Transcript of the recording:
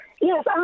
Yes